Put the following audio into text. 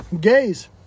Gays